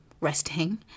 resting